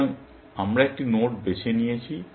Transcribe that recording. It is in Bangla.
সুতরাং আমরা একটি নোড বেছে নিয়েছি